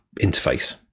interface